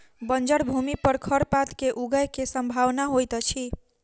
बंजर भूमि पर खरपात के ऊगय के सम्भावना होइतअछि